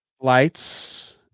lights